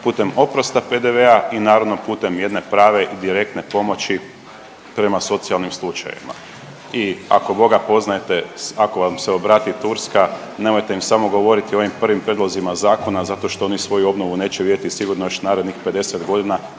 putem oprosta PDV-a i naravno putem jedne prave i direktne pomoći prema socijalnim slučajevima. I ako Boga poznajete ako vam se obrati Turska nemojte im samo govoriti o ovim prvim prijedlozima zakona zato što oni svoju obnovu neće vidjeti sigurno još narednih 50 godina